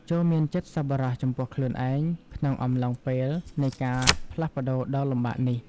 ចូរមានចិត្តសប្បុរសចំពោះខ្លួនឯងក្នុងអំឡុងពេលនៃការផ្លាស់ប្តូរដ៏លំបាកនេះ។